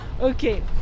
okay